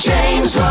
James